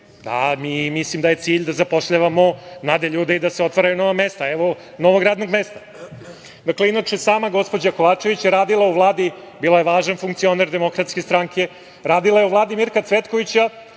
Mislim da je cilj da zapošljavamo mlade ljude i da se otvaraju nova mesta, evo, novog radnog mesta. Dakle, inače sama gospođa Kovačević je radila u Vladi, bila je važan funkcioner DS, radila je u Vladi Mirka Cvetkovića